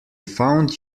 found